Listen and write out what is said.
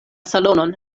salonon